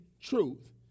truth